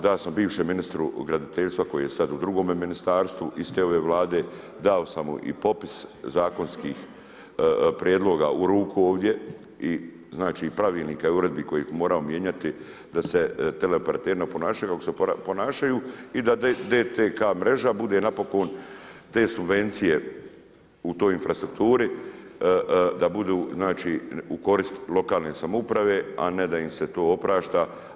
Dao sam bivšem ministru graditeljstva, koji je sada u drugom ministarstvu iste ove vlade, dao sam mu i popis zakonskih prijedloga u ruku ovdje i znači pravilnika i uredbi koje moramo mijenjati, da se teleoperateri ne ponašaju, kako se ponašaju i da DTK mreža bude napokon te subvencije u toj infrastrukturi da budu znači u korist lokalne samouprave, a ne da im se tu oprašta.